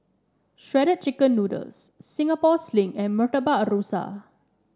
Shredded Chicken Noodles Singapore Sling and Murtabak Rusa